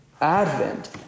Advent